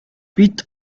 бид